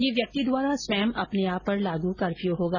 यह व्यक्ति द्वारा स्वयं अपने आप पर लागू कर्फ्यू होगा